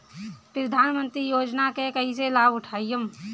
प्रधानमंत्री योजना के कईसे लाभ उठाईम?